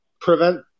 prevent –